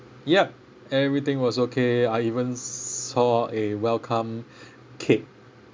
yup everything was okay I even saw a welcome cake